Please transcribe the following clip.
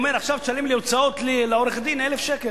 אומר: עכשיו תשלם לי הוצאות עורך-דין 1,000 שקלים,